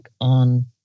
on